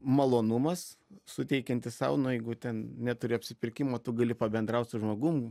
malonumas suteikiantis sau nu jeigu ten neturi apsipirkimo tu gali pabendraut su žmogum